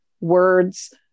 words